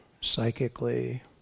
psychically